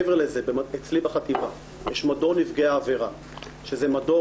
מעבר לזה אצלי בחטיבה יש מדור נפגעי עבירה שזה מדור